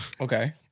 okay